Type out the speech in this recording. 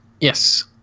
Yes